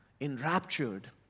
enraptured